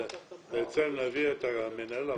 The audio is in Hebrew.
להביא את מנהל העבודה.